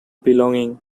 belonging